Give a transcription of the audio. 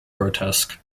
grotesque